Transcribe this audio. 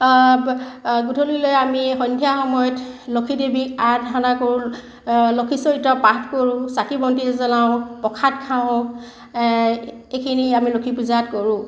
গধূলীলৈ আমি সন্ধিয়া সময়ত লক্ষী দেৱীক আৰাধনা কৰোঁ লক্ষী চৰিত্ৰ পাঠ কৰোঁ চাকি বন্তি জ্বলাওঁ প্ৰসাদ খাওঁ এইখিনি আমি লক্ষী পূজা কৰোঁ